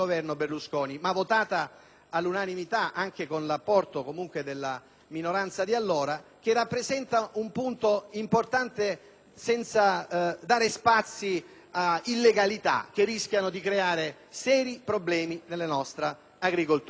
all'unanimità anche con l'apporto della minoranza di allora; legge che rappresenta un punto importante, senza dare spazio a illegalità che rischiano di creare seri problemi nella nostra agricoltura.